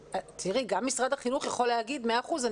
מאה אחוז,